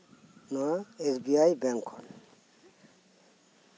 ᱱᱚᱣᱟ S B I bank ᱠᱷᱚᱱ